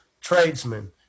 tradesmen